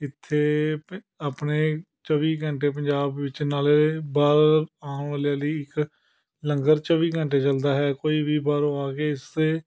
ਇੱਥੇ ਪ ਆਪਣੇ ਚੌਵੀ ਘੰਟੇ ਪੰਜਾਬ ਵਿੱਚ ਨਾਲੇ ਬਾਹਰ ਆਉਣ ਵਾਲਿਆਂ ਲਈ ਇੱਕ ਲੰਗਰ ਚੌਵੀ ਘੰਟੇ ਚਲਦਾ ਹੈ ਕੋਈ ਵੀ ਬਾਹਰੋਂ ਆ ਕੇ ਇਸ 'ਤੇ